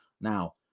Now